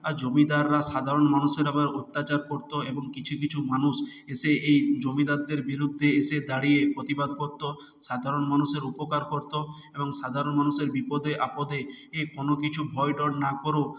জমিদাররা সাধারণ মানুষের ওপরে অত্যাচার করত এবং কিছু কিছু মানুষ এসে এই জমিদারদের বিরুদ্ধে এসে দাড়িয়ে প্রতিবাদ করত সাধারণ মানুষের উপকার করত এবং সাধারণ মানুষের বিপদে আপদে এ কোনও কিছু ভয়ডর না করেও